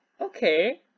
Okay